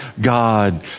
God